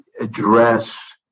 address